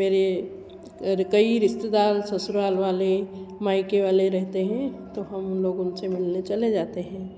मेरे कई रिश्तेदार ससुराल वाले मायके वाले रहते हैं तो हम लोग उनसे मिलने चले जाते हैं